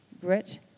grit